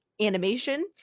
animation